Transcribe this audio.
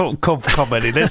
comedy